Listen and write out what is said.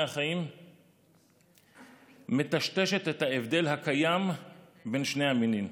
החיים מטשטשת את ההבדל הקיים בין שני המינים.